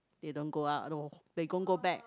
they don't go out lor they go go back